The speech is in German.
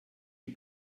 die